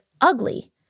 ugly